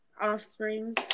offspring